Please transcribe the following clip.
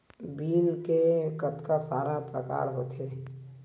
Bill के कतका सारा प्रकार होथे?